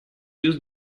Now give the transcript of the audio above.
used